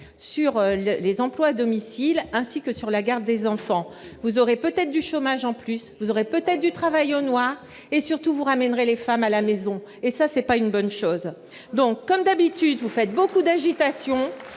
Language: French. sur les emplois à domicile ainsi que sur la garde des enfants. Vous aurez peut-être du chômage en plus, vous aurez peut-être du travail au noir, et, surtout, vous ramènerez les femmes à la maison, ce qui n'est pas une bonne chose ! Comme d'habitude, vous faites surtout beaucoup d'agitation,